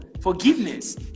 Forgiveness